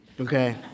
okay